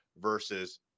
versus